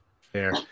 Fair